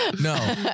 No